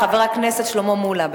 חבר הכנסת שלמה מולה.